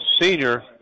senior